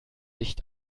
licht